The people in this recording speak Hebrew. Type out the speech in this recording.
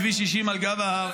כביש 60 על גב ההר.